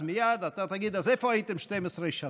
אז מייד אתה תגיד: אז איפה הייתם 12 שנה?